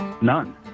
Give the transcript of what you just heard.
None